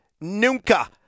nunca